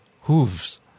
hooves